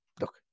look